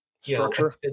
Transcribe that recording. structure